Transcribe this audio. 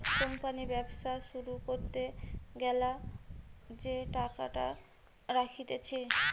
company ব্যবসা শুরু করতে গ্যালা যে টাকাটা রাখতিছে